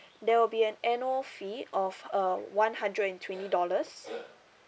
there will be an annual fee of uh one hundred and twenty dollars